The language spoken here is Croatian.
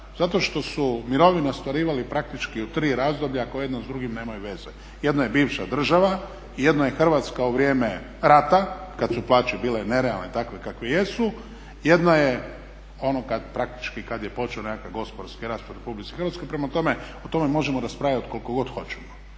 Zato što su mirovine ostvarivali praktički u tri razdoblja koji jedno s drugim nemaju veze. Jedno je bivša država, jedno je Hrvatska u vrijeme rata kad su plaće bile nerealne takve kakve jesu, jedno je ono praktički kad je počeo nekakav gospodarski rast u RH. Prema tome, o tome možemo raspravljati koliko god hoćemo.